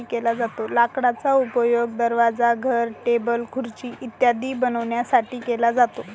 लाकडाचा उपयोग दरवाजा, घर, टेबल, खुर्ची इत्यादी बनवण्यासाठी केला जातो